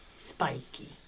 Spiky